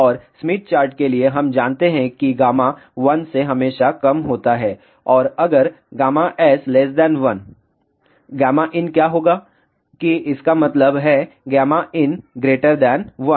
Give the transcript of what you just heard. और Smith chart के लिए हम जानते हैं कि गामा 1 से हमेशा कम होता है और अगर S1 inक्या होगा हैंकि इसका मतलब है in1